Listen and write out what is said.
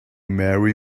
marry